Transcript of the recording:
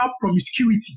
promiscuity